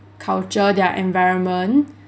culture their environment